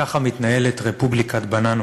ככה מתנהלת רפובליקת בננות.